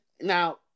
now